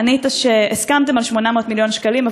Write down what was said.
ענית שהסכמתם על 800 מיליון שקלים,